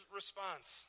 response